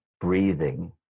breathing